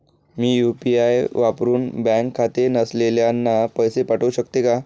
मी UPI वापरुन bank खाते नसलेल्यांना पैसे पाठवू शकते का?